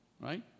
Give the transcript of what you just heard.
Right